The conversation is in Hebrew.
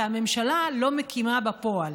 והממשלה לא מקימה בפועל.